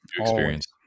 experience